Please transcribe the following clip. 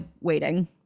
waiting